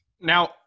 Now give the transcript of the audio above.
Now